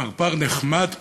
פרפר נחמד כזה,